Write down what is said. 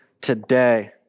today